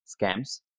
scams